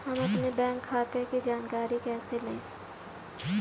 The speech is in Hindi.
हम अपने बैंक खाते की जानकारी कैसे लें?